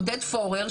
עודד פורר,